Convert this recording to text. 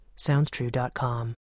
SoundsTrue.com